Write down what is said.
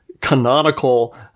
canonical